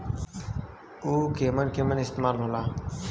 उव केमन केमन इस्तेमाल हो ला?